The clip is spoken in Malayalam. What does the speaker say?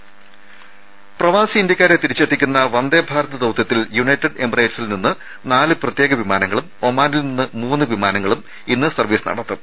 രേര പ്രവാസി ഇന്ത്യക്കാരെ തിരിച്ചെത്തിക്കുന്ന വന്ദേഭാരത് ദൌത്യത്തിൽ യുണൈറ്റഡ് എമിറേറ്റ്സിൽ നിന്ന് നാല് പ്രത്യേക വിമാനങ്ങളും ഒമാനിൽ നിന്ന് മൂന്ന് വിമാനങ്ങളും ഇന്ന് സർവ്വീസ് നടത്തും